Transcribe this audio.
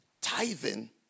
tithing